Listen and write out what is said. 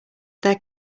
their